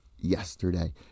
yesterday